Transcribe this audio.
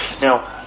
Now